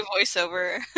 voiceover